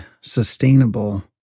sustainable